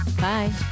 Bye